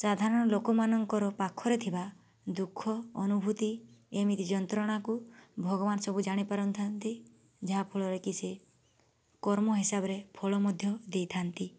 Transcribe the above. ସାଧାରଣ ଲୋକମାନଙ୍କର ପାଖରେ ଥିବା ଦୁଃଖ ଅନୁଭୂତି ଏମିତି ଯନ୍ତ୍ରଣାକୁ ଭଗବାନ ସବୁ ଜାଣିପାରିଥାନ୍ତି ଯାହାଫଳରେକି ସେ କର୍ମ ହିସାବରେ ଫଳ ମଧ୍ୟ ଦେଇଥାନ୍ତି